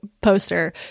poster